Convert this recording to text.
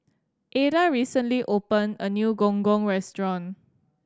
Ada recently open a new Gong Gong restaurant